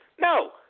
No